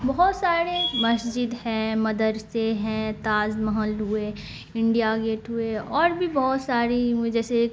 بہت سارے مسجد ہیں مدرسے ہیں تاج محل ہوئے انڈیا گیٹ ہوئے اور بھی بہت ساری جیسے